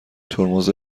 ترمز